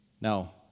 Now